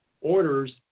orders